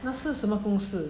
那是什么公司